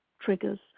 triggers